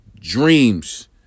dreams